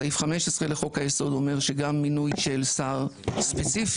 סעיף 15 לחוק היסוד אומר שגם מינוי של שר ספציפי,